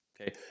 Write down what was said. Okay